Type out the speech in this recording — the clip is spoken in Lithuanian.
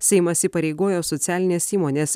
seimas įpareigojo socialines įmones